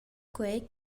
quei